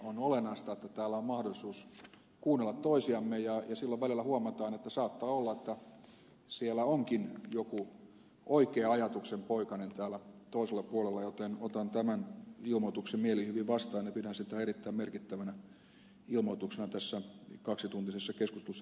on olennaista että täällä on mahdollisuus kuunnella toisiamme ja silloin välillä huomataan että saattaa olla että täällä toisella puolella onkin jokin oikea ajatuksenpoikanen joten otan tämän ilmoituksen mielihyvin vastaan ja pidän sitä erittäin merkittävänä ilmoituksena tässä kaksituntisessa keskustelussa jonka olemme käyneet